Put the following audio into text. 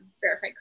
verified